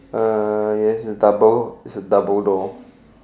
yes it's double its a double door